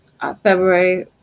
February